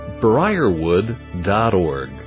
briarwood.org